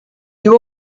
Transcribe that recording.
you